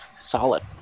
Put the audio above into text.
Solid